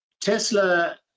Tesla